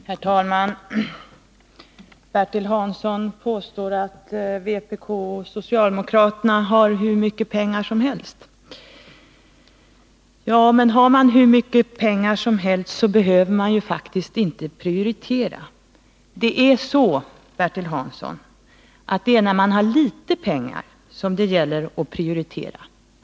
Herr talman! Bertil Hansson påstår att vpk och socialdemokraterna har hur mycket pengar som helst. Men har man hur mycket pengar som helst behöver man faktiskt inte prioritera. Det är, Bertil Hansson, när man har litet pengar som det gäller att prioritera.